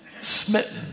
smitten